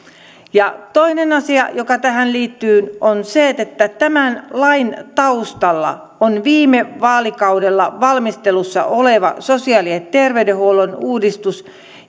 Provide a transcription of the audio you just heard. toinen asia joka tähän liittyy on se että tämän lain taustalla on viime vaalikaudella valmistelussa ollut sosiaali ja terveydenhuollon uudistus